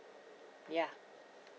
ya